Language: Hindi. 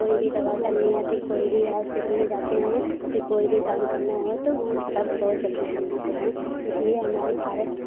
कोई भी दवा करने या फिर कोई भी हॉस्पिटल में जाते हैं तो कोई भी काम करना हो तो सब बहुत जल्दी सुन लेते हैं इसलिए हमारे भारत